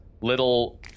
little